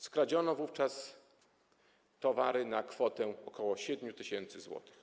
Skradziono wówczas towary na kwotę ok. 7 tys. zł.